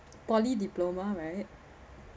poly diploma right